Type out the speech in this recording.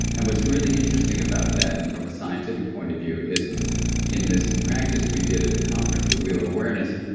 and what's really interesting about that from a scientific point of view is in this practice we did at the conference, the wheel of awareness,